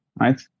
right